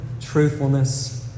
truthfulness